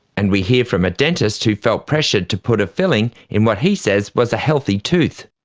and we hear from a dentist who felt pressured to put a filling in what he says was a healthy tooth.